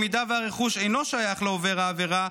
אם הרכוש אינו שייך לעובר העבירה,